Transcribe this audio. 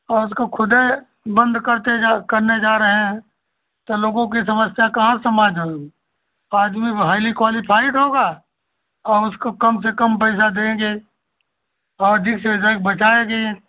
और उसका खुदे बंद करते जा करने जा रहे हैं तो लोगों की समस्या कहाँ समझ होगी आदमी हाइली क्वालिफाइड होगा और उसको कम से कम पैसा देंगे और बचाएगी